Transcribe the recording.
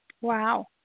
Wow